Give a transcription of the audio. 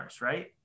right